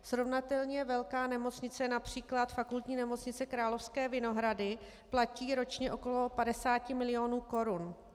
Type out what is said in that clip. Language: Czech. Srovnatelně velká nemocnice, např. Fakultní nemocnice Královské Vinohrady, platí ročně kolem 50 milionů korun.